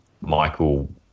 Michael